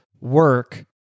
work